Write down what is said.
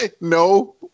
no